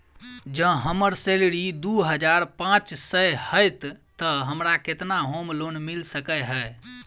जँ हम्मर सैलरी दु हजार पांच सै हएत तऽ हमरा केतना होम लोन मिल सकै है?